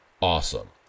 awesome